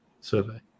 survey